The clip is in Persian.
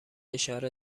اشاره